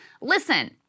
listen